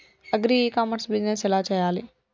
Agri e commerce business ఎలా చెయ్యాలి?